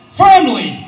firmly